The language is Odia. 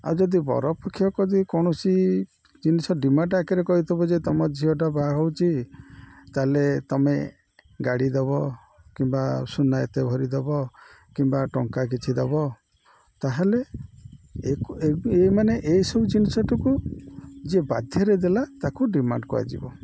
ଆଉ ଯଦି ବର ପକ୍ଷ କଦି କୌଣସି ଜିନିଷ ଡିମାଣ୍ଡ ଆକାରେ କହିଥବ ଯେ ତମ ଝିଅଟା ବାହା ହେଉଛି ତା'ହେଲେ ତୁମେ ଗାଡ଼ି ଦବ କିମ୍ବା ସୁନା ଏତେ ଭରି ଦବ କିମ୍ବା ଟଙ୍କା କିଛି ଦବ ତା'ହେଲେ ଏକୁ ଏବ୍ ଏଇ ମାନେ ଏଇସବୁ ଜିନିଷଟିକୁ ଯିଏ ବାଧ୍ୟରେ ଦେଲା ତାକୁ ଡିମାଣ୍ଡ କୁହାଯିବ